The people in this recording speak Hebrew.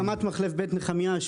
והקמת מחלף בית נחמיה,